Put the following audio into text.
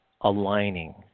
aligning